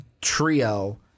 trio